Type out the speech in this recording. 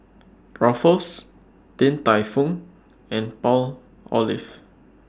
Ruffles Din Tai Fung and Palmolive